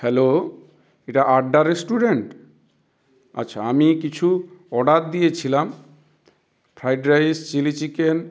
hello এটা Adda restaurant আচ্ছা আমি কিছু অর্ডার দিয়েছিলাম ফ্রাইড রাইস চিলি চিকেন